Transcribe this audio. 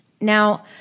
Now